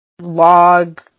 log